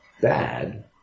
bad